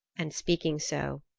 and speaking so,